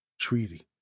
Treaty